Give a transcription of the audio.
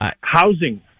housing